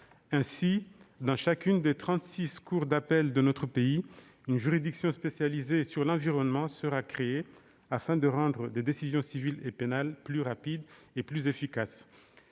Ainsi, dans chacune des trente-six cours d'appel de notre pays, une juridiction spécialisée sur l'environnement sera créée afin de rendre des décisions civiles et pénales plus rapides et plus efficaces.